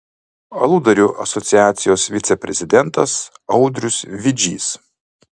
aludarių asociacijos viceprezidentas audrius vidžys